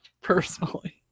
personally